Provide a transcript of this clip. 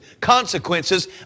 consequences